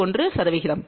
1